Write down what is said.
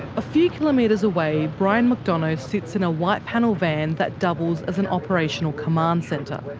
a few kilometres away, brian mcdonough sits in a white panel van that doubles as an operational command centre.